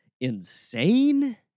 insane